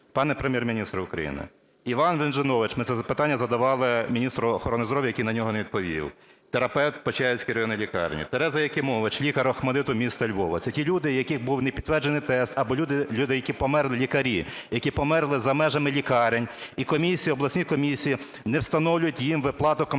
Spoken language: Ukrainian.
Пане Прем'єр-міністр України, Іван Венжинович (ми це питання задавали міністру охорони здоров'я, який на нього не відповів), терапевт Почаївської районної лікарні, Тереза Якимович, лікар "Охматдиту" міста Львова – це ті люди, у яких був непідтверджений тест, або люди, які померли, лікарі, які померли за межами лікарень. І комісії, обласні комісії не встановлюють їм виплату компенсації